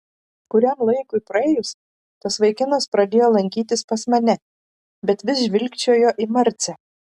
kuriam laikui praėjus tas vaikinas pradėjo lankytis pas mane bet vis žvilgčiojo į marcę